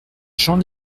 jean